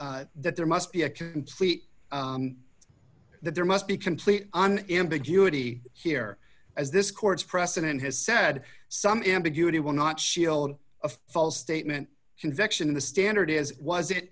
that there must be a complete that there must be complete an ambiguity here as this court's precedent has said some ambiguity will not shield a false statement conviction in the standard is was